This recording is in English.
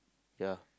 yeah